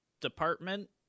Department